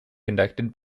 conducted